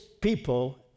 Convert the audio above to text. people